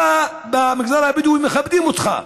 אתה, במגזר הבדואי מכבדים אותך.